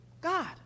God